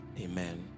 Amen